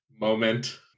moment